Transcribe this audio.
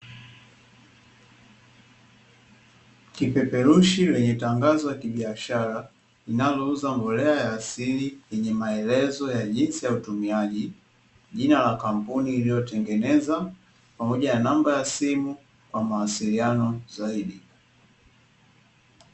Kipeperushi chenye tangazo la kibiashara linalo uza mbolea ya asili yenye maelezo ya jinsi ya utumiaji, jina la kampuni iliyo tengeneza pamoja na namba ya simu kwa mawasiliano zaidi.